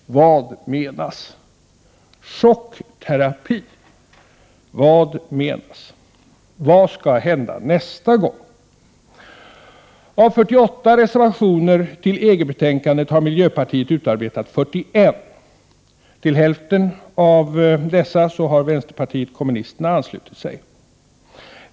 Vad är chockterapii detta sammanhang? Vad skall hända nästa gång? Av 48 reservationer till EG-betänkandet har miljöpartiet utarbetat 41. Till hälften av dessa har vänsterpartiet kommunisterna anslutit sig.